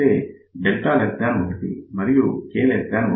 అంటే1 మరియు K1